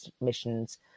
missions